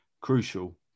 crucial